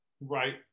Right